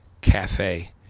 Cafe